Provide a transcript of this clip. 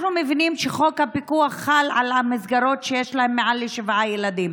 אנחנו מבינים שחוק הפיקוח חל על המסגרות שיש בהן מעל שבעה ילדים,